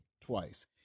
twice